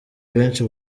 benshi